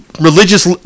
religious